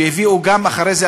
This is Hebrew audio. שהביאו גם אחרי זה,